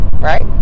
right